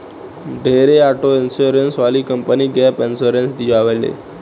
ढेरे auto insurance वाला company gap insurance दियावे ले